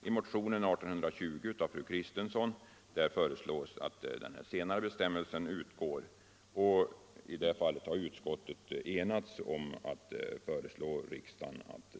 I motionen nr 1820 av fru Kristensson föreslås att denna senare bestämmelse utgår, vilket utskottet enats om att föreslå riksdagen.